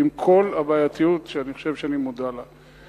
עם כל הבעייתיות שאני חושב שאני מודע לה.